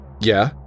Yeah